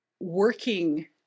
working